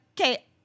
okay